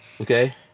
Okay